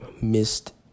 missed